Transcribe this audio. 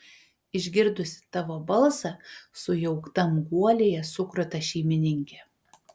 išgirdusi tavo balsą sujauktam guolyje sukruta šeimininkė